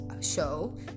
show